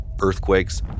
earthquakes